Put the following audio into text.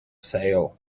sale